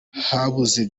habuze